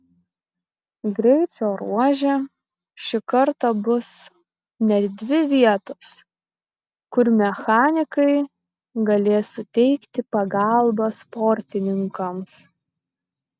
greičio ruože šį kartą bus net dvi vietos kur mechanikai galės suteikti pagalbą sportininkams